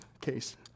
case